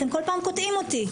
אתם כל פעם קוטעים אותי.